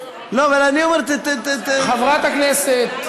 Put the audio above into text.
לא, אבל אני אומר, חברת הכנסת,